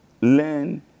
learn